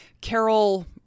Carol